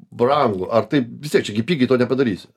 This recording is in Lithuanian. brangu ar tai vis tie čia gi pigiai to nepadarysi